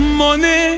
money